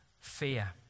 fear